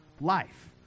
life